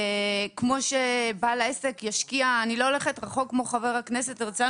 כמו שבעל העסק ישקיע אני לא הולכת רחוק כפי שהלך חבר הכנסת הרצנו